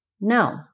no